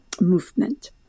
movement